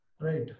right